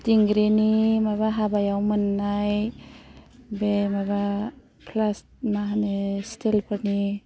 दिंग्रिनि माबा हाबायाव मोननाय बे माबा प्लास मा होनो स्टिल फोरनि